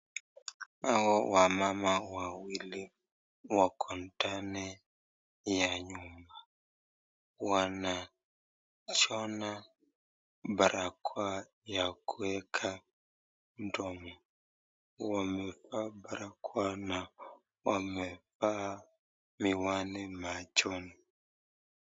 Hawa wamama wawili wako ndani ya nyumba wanadhona batakoa ya kuweka mdomo, wamefaa barakoa na wamefaa miwani machoni.